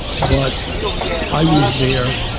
but i was there,